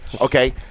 Okay